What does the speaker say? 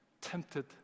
tempted